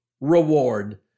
reward